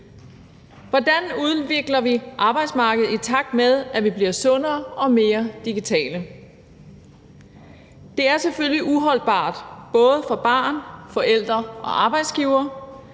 hvordan udvikler vi arbejdsmarkedet, i takt med at vi bliver sundere og mere digitale? Det er selvfølgelig uholdbart for både børn, forældre og arbejdsgivere,